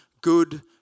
good